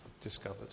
discovered